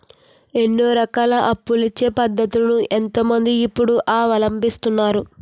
ఎన్నో రకాల అప్పులిచ్చే పద్ధతులను ఎంతో మంది ఇప్పుడు అవలంబిస్తున్నారు